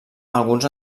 alguns